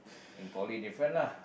in poly different lah